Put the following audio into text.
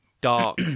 dark